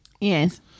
Yes